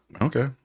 Okay